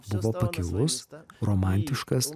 buvo pakilus romantiškas